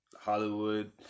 Hollywood